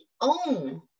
own